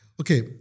Okay